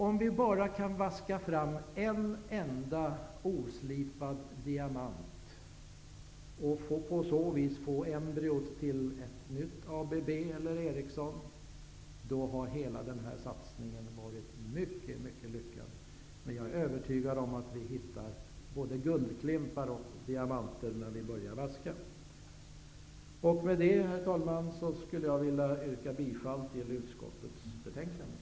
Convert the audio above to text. Om vi bara kan vaska fram en enda oslipad diamant och på så vis få embryot till ett nytt ABB eller Ericsson, har hela denna satsning varit mycket lyckad. Jag är övertygad om att vi hittar både guldklimpar och diamanter när vi börjar vaska. Med detta, herr talman, yrkar jag bifall till utskottets hemställan.